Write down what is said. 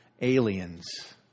aliens